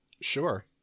Sure